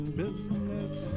business